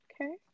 okay